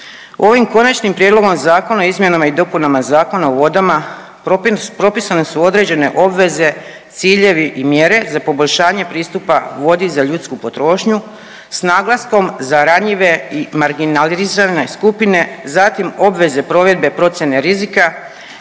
Ovim Konačnim prijedlogom zakona o izmjenama i dopunama Zakona o vodama propisane su određene obveze, ciljevi i mjere za poboljšanje pristupa vodi za ljudsku potrošnju s naglaskom za ranjive i marginalizirane skupine, zatim obveze provedbe procjene rizika